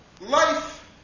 Life